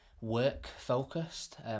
work-focused